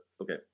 okay